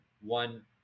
One